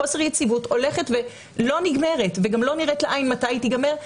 חוסר יציבות הולכת ולא נגמרת ולא נראה לעין מתי היא הולכת להיגמר.